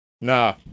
Nah